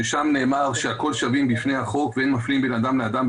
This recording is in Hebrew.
ששם שהכול שווים בפני החוק ואין מפלים בין אדם לאדם,